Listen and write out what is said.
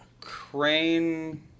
Crane